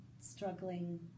struggling